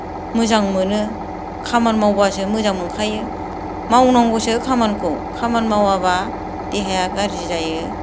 मोजां मोनो खामानि मावब्लासो मोजां मोनखायो मावनांगौसो खामानिखौ खामानि मावाब्ला देहाया गाज्रि जायो